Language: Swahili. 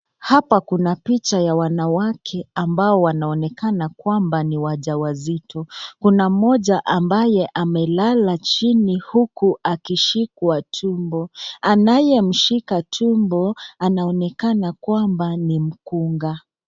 Hapa kuna picha ya wanawake wanaoonekana kwamba ni wajawazito kuna mmoja ambaye amelala chini huku akishikwa tumbo, anayemshika tumbo anaonekana kwamba ni mkunga.